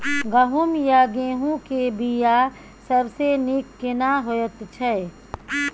गहूम या गेहूं के बिया सबसे नीक केना होयत छै?